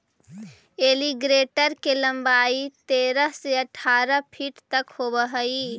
alligator के लंबाई तेरह से अठारह फीट तक होवऽ हइ